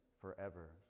forever